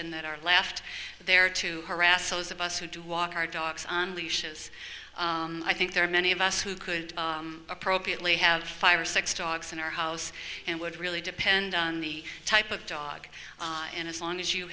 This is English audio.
and that are left there to harass those of us who do walk our dogs on leashes i think there are many of us who could appropriately have five or six dogs in our house and would really depend on the type of dog in its long as you